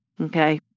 Okay